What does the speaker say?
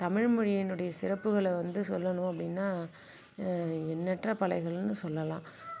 தமிழ்மொழியினுடைய சிறப்புகளை வந்து சொல்லணும் அப்படின்னா எண்ணற்ற பலைகள்னு சொல்லலாம்